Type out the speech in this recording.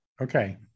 Okay